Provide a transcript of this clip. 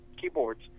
keyboards